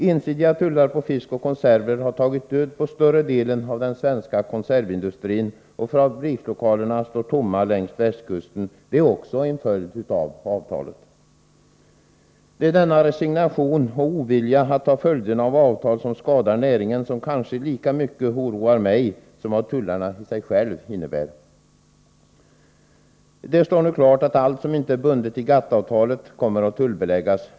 Ensidiga tullar på fisk och konserver har tagit död på större delen av svensk konservindustri. Fabrikslokalerna står tomma längs västkusten. Det är också en följd av avtalet. Det är denna resignation och ovilja att ta följderna av avtal som skadar näringen som oroar mig lika mycket som tullarna i sig själva. Det står nu klart att allt som inte är bundet i GATT-avtalet kommer att tullbeläggas.